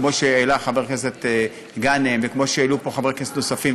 כמו שהעלה חבר הכנסת גנאים וכמו שהעלו פה חברי כנסת נוספים,